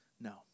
no